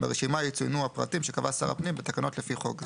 ברשימה יצוינו הפרטים שקבע שר הפנים בתקנות לפי חוק זה."